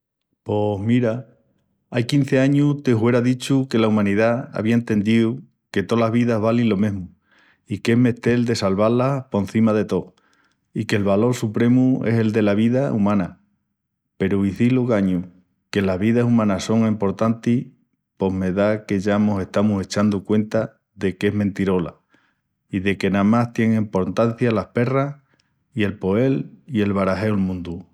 Pos, mira, ai quinzi añus te huera dichu que la umanidá avía entendíu que tolas vidas valin lo mesmu i que es mestel de salvá-las porcima de tó i que'l valol supremu es el dela vida umana peru izil ogañu que las vidas umanas son emportantis... pos me da que ya mos estamus echandu cuenta de qu'es mentira i de que namás tien emportancia las perras i el poel i el barajeu'l mundu.